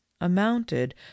amounted